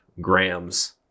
grams